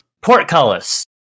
portcullis